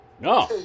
No